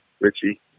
Richie